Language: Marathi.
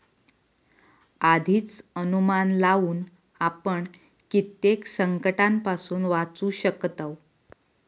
आधीच अनुमान लावुन आपण कित्येक संकंटांपासून वाचू शकतव